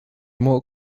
more